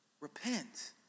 Repent